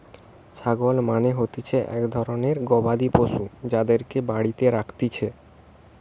ছাগল মানে হতিছে এক ধরণের গবাদি পশু যাদেরকে বাড়িতে রাখতিছে